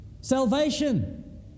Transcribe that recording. salvation